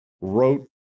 wrote